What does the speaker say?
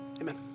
Amen